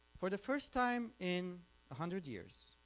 for the first time in a hundred years